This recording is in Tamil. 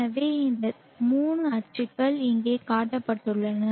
எனவே இந்த 3 அச்சுகள் இங்கே காட்டப்பட்டுள்ளன